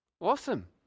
awesome